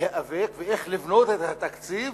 להיאבק ואיך לבנות את התקציב